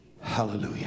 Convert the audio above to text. Hallelujah